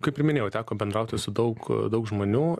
kaip ir minėjau teko bendrauti su daug ee daug žmonių